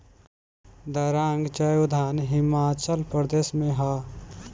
दारांग चाय उद्यान हिमाचल प्रदेश में हअ